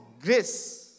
grace